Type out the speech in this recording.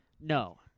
No